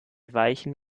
weichen